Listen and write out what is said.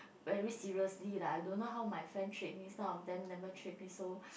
very seriously lah I don't know how my friend treat me some of them never treat me so